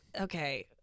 Okay